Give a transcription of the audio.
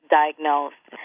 diagnosed